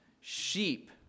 Sheep